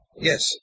Yes